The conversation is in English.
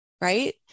Right